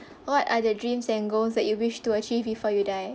what are the dreams and goals that you wish to achieve before you die